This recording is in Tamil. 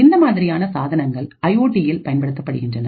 இந்த மாதிரியான சாதனங்கள் ஐஓடிஇல் பயன்படுத்தப்படுகின்றது